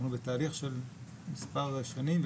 אנחנו בתהליך של מספר שנים,